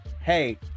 Hey